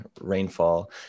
rainfall